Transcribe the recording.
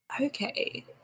Okay